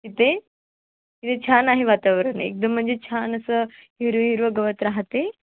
इथे इथे छान आहे वातावरण एकदम म्हणजे छान असं हिरवं हिरवं गवत राहते